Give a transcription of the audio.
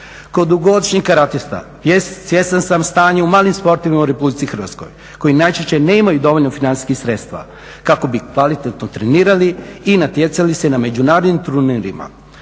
Kao dugogodišnji karatista svjestan sam stanja u malim sportovima u Republici Hrvatskoj koji najčešće nemaju dovoljno financijskih sredstava kako bi kvalitetno trenirali i natjecali se na međunarodnim turnirima.